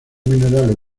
minerales